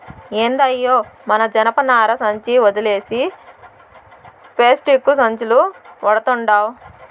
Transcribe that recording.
ఏందయ్యో మన జనపనార సంచి ఒదిలేసి పేస్టిక్కు సంచులు వడతండావ్